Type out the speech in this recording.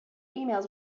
emails